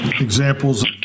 examples